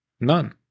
None